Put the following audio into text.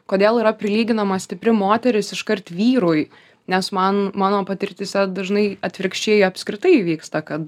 kodėl yra prilyginama stipri moteris iškart vyrui nes man mano patirtyse dažnai atvirkščiai apskritai įvyksta kad